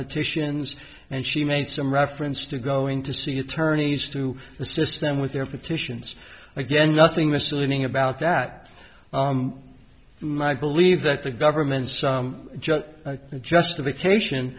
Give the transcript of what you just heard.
petitions and she made some reference to going to see attorneys to assist them with their petitions again nothing misleading about that my believe that the government's justification